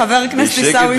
חבר הכנסת עיסאווי פריג' בשקט,